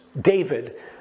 David